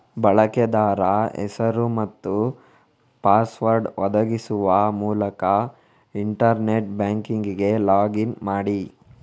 ಬಳಕೆದಾರ ಹೆಸರು ಮತ್ತು ಪಾಸ್ವರ್ಡ್ ಒದಗಿಸುವ ಮೂಲಕ ಇಂಟರ್ನೆಟ್ ಬ್ಯಾಂಕಿಂಗಿಗೆ ಲಾಗ್ ಇನ್ ಮಾಡಿ